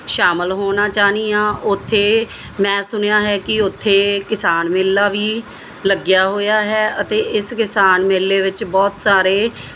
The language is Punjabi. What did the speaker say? ਸ਼ਾਮਿਲ ਹੋਣਾ ਚਾਹਨੀ ਆ ਉੱਥੇ ਮੈਂ ਸੁਣਿਆ ਹੈ ਕਿ ਉੱਥੇ ਕਿਸਾਨ ਮੇਲਾ ਵੀ ਲੱਗਿਆ ਹੋਇਆ ਹੈ ਅਤੇ ਇਸ ਕਿਸਾਨ ਮੇਲੇ ਵਿੱਚ ਬਹੁਤ ਸਾਰੇ